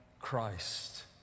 Christ